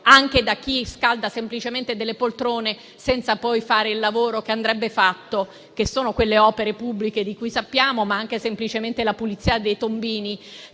anche da chi scalda semplicemente la poltrona senza fare il lavoro che andrebbe fatto. Mi riferisco a quelle opere pubbliche di cui sappiamo, ma anche semplicemente alla pulizia dei tombini,